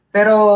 Pero